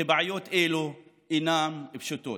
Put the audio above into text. כי בעיות אלו אינן פשוטות.